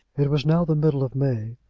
it was now the middle of may,